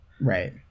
right